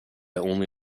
only